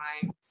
time